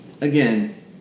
again